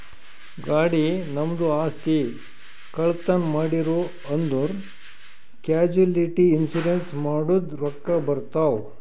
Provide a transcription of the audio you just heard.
ಗಾಡಿ, ನಮ್ದು ಆಸ್ತಿ, ಕಳ್ತನ್ ಮಾಡಿರೂ ಅಂದುರ್ ಕ್ಯಾಶುಲಿಟಿ ಇನ್ಸೂರೆನ್ಸ್ ಮಾಡುರ್ ರೊಕ್ಕಾ ಬರ್ತಾವ್